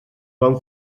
bon